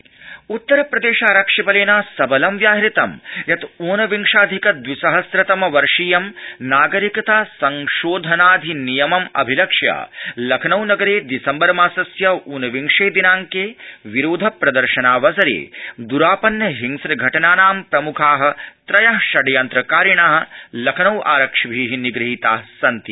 उत्तरप्रदेशहिंसा उत्तरप्र शारक्षिबलेन सबलं व्याहृतं यत् ऊनविंशाधिक दविसहस्रतम वर्षीयं नागरिकता संशोधनाधिनियमम् अभिलक्ष्य लखनऊ नगरे शिसम्बर मासस्य ऊनविंशे शिनाड़के विरोध प्र र्शनावसरे ़्राधन्न हिंस्र घटनानां प्रमुखा त्रय षड्यन्त्रकारिण लखनऊ आरक्षिभि निग्हीता सन्ति